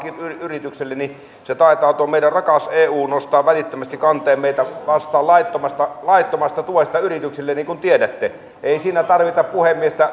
yrityksille niin taitaa tuo meidän rakas eu nostaa välittömästi kanteen meitä vastaan laittomasta laittomasta tuesta yrityksille niin kuin tiedätte ei siinä tarvita